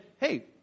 hey